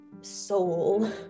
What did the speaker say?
soul